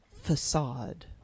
facade